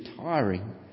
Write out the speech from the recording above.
tiring